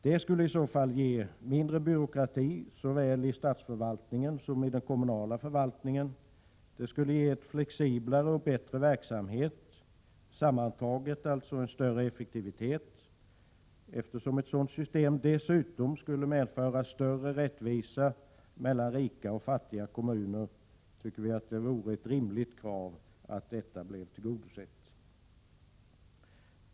Det skulle i så fall ge mindre byråkrati såväl i statsförvaltningen som i den kommunala förvaltningen. Det skulle ge en flexiblare och bättre verksamhet, och sammantaget alltså en större effektivitet. Eftersom ett sådant system dessutom skulle medföra större rättvisa mellan rika och fattiga kommuner tycker vi att det vore rimligt att detta krav blev tillgodosett.